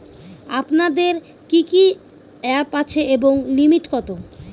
আপনাদের কি কি অ্যাপ আছে এবং লিমিট কত?